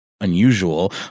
unusual